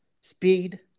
speed